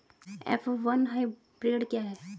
F one hybrid क्या है?